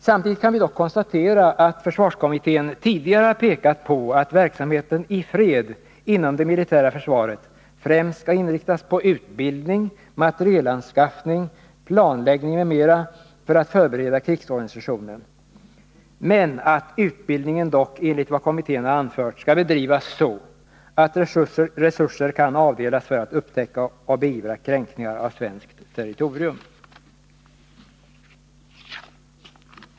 Samtidigt kan vi konstatera att försvarskommittén tidigare har pekat på att verksamheten i fred inom det militära försvaret främst skall inriktas på utbildning, materielanskaffning, planläggning m.m. för att förbereda krigsorganisationen men att utbildningen dock, enligt vad kommittén ansett, skall bedrivas så, att resurser kan avdelas för att upptäcka och beivra kränkning av svenskt territorium.